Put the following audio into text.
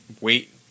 wait